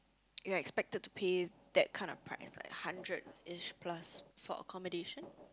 you are expected to pay that kind of price like hundred edge plus for accommodation